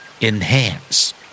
Enhance